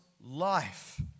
life